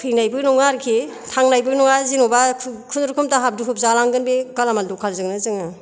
थैनायबो नङा आरिखि थांनायबो नङा जेन'बा खुनुरुखुम दाहार दुहुर जानांगोन बे गालामाल दखानजोंनो जोङो